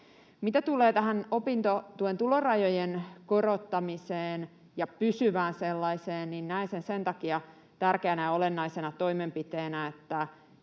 Mitä tulee tähän opintotuen tulorajojen korottamiseen ja pysyvään sellaiseen, niin näen sen sen takia tärkeänä ja olennaisena toimenpiteenä,